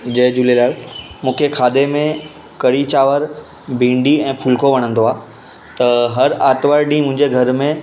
जय झूलेलाल मूंखे खाधे में कढ़ी चांवर भिंडी ऐं फुलिको वणंदो आहे त हर आरितवारु ॾींहुं मुंहिंजे घर में